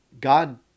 God